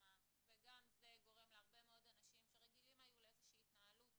אדמה וגם זה גורם להרבה מאוד אנשים שרגילים היו לאיזה שהיא התנהלות